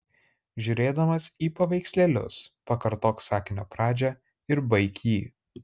žiūrėdamas į paveikslėlius pakartok sakinio pradžią ir baik jį